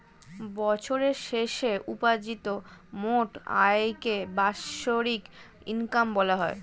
বছরের শেষে উপার্জিত মোট আয়কে বাৎসরিক ইনকাম বলা হয়